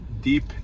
deep